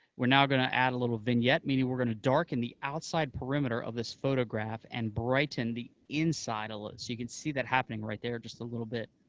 we're now going to add a little vignette, meaning we're going to darken the outside perimeter of this photograph and brighten the inside, so you can see that happening right there just a little bit,